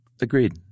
Agreed